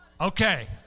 Okay